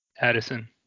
Addison